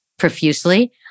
Profusely